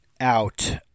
out